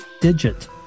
digit